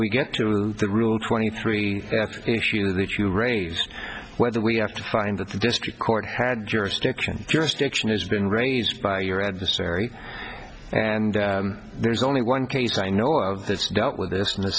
we get to the rule twenty three initiated it you raised whether we have to find that the district court had jurisdiction jurisdiction has been raised by your adversary and there's only one case i know of that's dealt with this